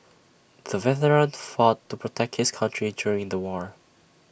the veteran fought to protect his country during the war